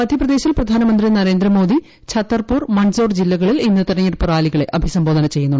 മധ്യപ്രദേശിൽ പ്രധാനമന്ത്രി നരേന്ദ്രമോദി ച്ചത്തർപൂർ മൺസോർ ജില്ലകളിൽ ഇന്ന് തെരഞ്ഞെടുപ്പ് രാലികളെ അഭിസംബോധന ചെയ്യും